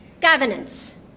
Governance